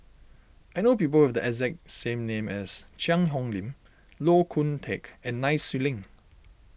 I know people who have the exact same name as Cheang Hong Lim Koh Hoon Teck and Nai Swee Leng